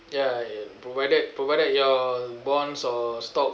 ya and provided provided your bonds or stocks